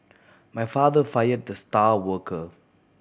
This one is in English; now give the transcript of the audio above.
my father fired the star worker